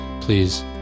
please